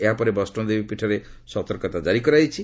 ଏହାପରେ ବୈଷୋଦେବୀ ପୀଠରେ ସତର୍କତା ଜାରି କରାଯାଇଛି